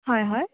হয় হয়